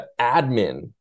admin